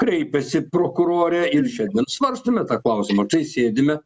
kreipėsi prokurorė ir šiandien svarstome tą klausimą štai sėdime